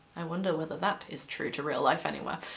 i wonder whether that is true to real life anywhere.